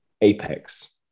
apex